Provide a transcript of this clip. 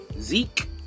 Zeke